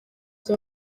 gihe